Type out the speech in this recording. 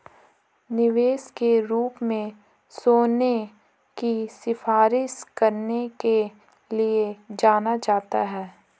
निवेश के रूप में सोने की सिफारिश करने के लिए जाना जाता है